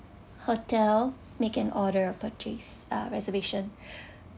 hotel make an order of purchase ah reservation